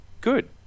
good